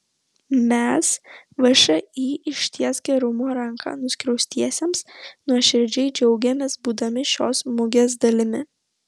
mes všį ištiesk gerumo ranką nuskriaustiesiems nuoširdžiai džiaugiamės būdami šios mugės dalimi